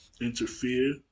interfere